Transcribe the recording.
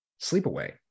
Sleepaway